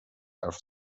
حرف